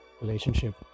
Relationship